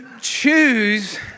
choose